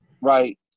right